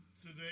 today